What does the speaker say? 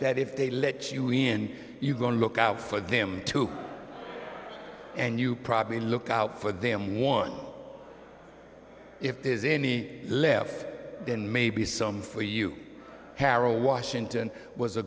that if they let you in you go look out for them too and you probably look out for them one if there's any left then maybe some for you harold washington was a